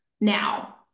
now